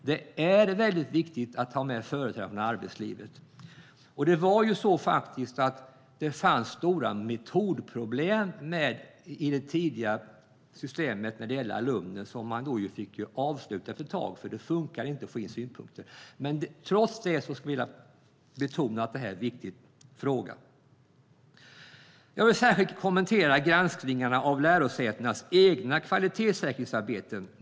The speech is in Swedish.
Det är väldigt viktigt att ta med företrädare från arbetslivet, och det var ju så att det fanns stora metodproblem i det tidigare systemet när det gäller alumner. Man fick avsluta det efter ett tag, för det funkade inte att få in synpunkter. Trots det skulle jag vilja betona att detta är en viktig fråga. Jag vill särskilt kommentera granskningarna av lärosätenas egna kvalitetssäkringsarbeten.